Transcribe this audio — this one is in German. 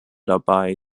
dabei